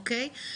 אוקיי?